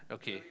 okay